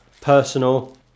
personal